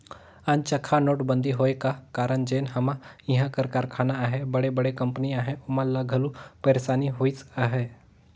अनचकहा नोटबंदी होए का कारन जेन हमा इहां कर कारखाना अहें बड़े बड़े कंपनी अहें ओमन ल घलो पइरसानी होइस अहे